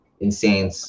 insane